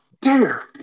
dare